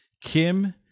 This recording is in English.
Kim